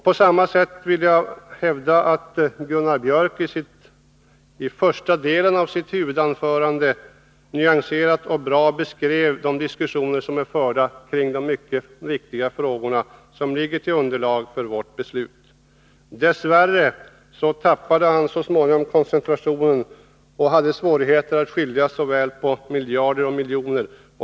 På samma sätt vill jag hävda att Gunnar Björk i Gävle i första delen av sitt huvudanförande nyanserat och väl beskrev de diskussioner som förts i dessa mycket viktiga frågor som utgör underlaget för vårt beslut. Dess värre tappade han så småningom koncentrationen. Han hade svårigheter att skilja på miljarder och miljoner.